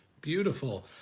Beautiful